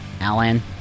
Alan